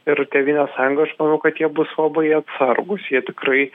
ir tėvynės sąjunga aš manau kad jie bus labai atsargūs jie tikrai